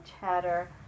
chatter